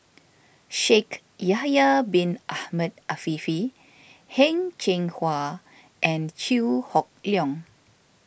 Shaikh Yahya Bin Ahmed Afifi Heng Cheng Hwa and Chew Hock Leong